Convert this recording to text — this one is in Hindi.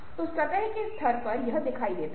तो सतह के स्तर पर यह दिखाई देता है